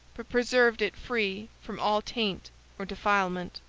but preserved it free from all taint or defilement.